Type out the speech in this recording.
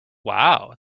wow